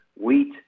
wheat